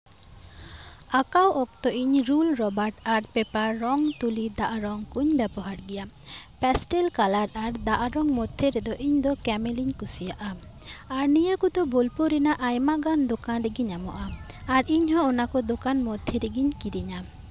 ᱟᱸᱠᱟᱣ ᱚᱠᱛᱚ ᱤᱧ ᱨᱩᱞ ᱨᱚᱵᱟᱴ ᱟᱨ ᱯᱮᱯᱟᱨ ᱨᱚᱝ ᱛᱩᱞᱤ ᱫᱟᱜ ᱨᱚᱝ ᱠᱩᱧ ᱵᱮᱵᱚᱦᱟᱨ ᱜᱤᱭᱟ ᱯᱮᱥᱴᱮᱞ ᱠᱟᱞᱟᱨ ᱟᱨ ᱫᱟᱜ ᱨᱚᱝ ᱢᱚᱫᱽᱫᱷᱮ ᱨᱮᱫᱚ ᱤᱧ ᱫᱚ ᱠᱮᱢᱮᱞᱤᱧ ᱠᱩᱥᱤᱭᱟᱜᱼᱟ ᱟᱨ ᱱᱤᱭᱟᱹ ᱠᱚᱫᱚ ᱵᱳᱞᱯᱩᱨ ᱨᱮᱱᱟᱜ ᱟᱭᱢᱟ ᱜᱟᱱ ᱫᱚᱠᱟᱱ ᱨᱮᱜᱤ ᱧᱟᱢᱚᱜᱼᱟ ᱟᱨ ᱤᱧ ᱦᱚᱸ ᱚᱱᱟ ᱠᱚ ᱫᱚᱠᱟᱱ ᱢᱚᱫᱽᱫᱷᱮ ᱨᱮᱜᱤᱧ ᱠᱤᱨᱤᱧᱟ